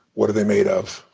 what are they made of?